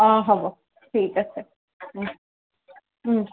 অঁ হ'ব ঠিক আছে